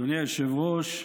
אדוני היושב-ראש,